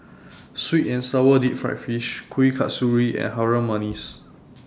Sweet and Sour Deep Fried Fish Kueh Kasturi and Harum Manis